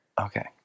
Okay